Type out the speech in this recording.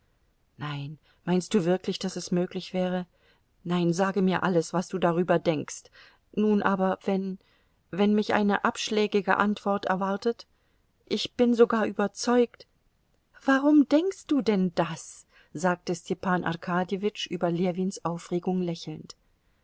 nein meinst du wirklich daß es möglich wäre nein sage mir alles was du darüber denkst nun aber wenn wenn mich eine abschlägige antwort erwartet ich bin sogar überzeugt warum denkst du denn das sagte stepan arkadjewitsch über ljewins aufregung lächelnd